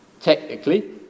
Technically